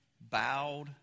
bowed